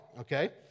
okay